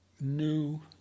new